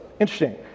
interesting